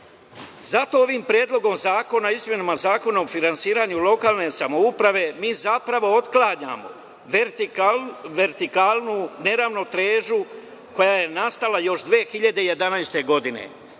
Zato ovim Predlogom zakona o izmenama Zakona o finansiranju lokalne samouprave mi zapravo otklanjamo vertikalnu neravnotežu koja je nastala još 2011. godine. Gospodo